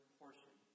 portion